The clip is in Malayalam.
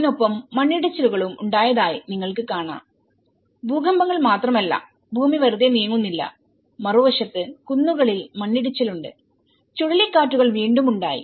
അതിനൊപ്പം മണ്ണിടിച്ചിലുകളും ഉണ്ടായതായി നിങ്ങൾക്ക് കാണാം ഭൂകമ്പങ്ങൾ മാത്രമല്ല ഭൂമി വെറുതെ നീങ്ങുന്നില്ല മറുവശത്ത് കുന്നുകളിൽ മണ്ണിടിച്ചിലുണ്ട്ചുഴലിക്കാറ്റുകൾ വീണ്ടും ഉണ്ടായി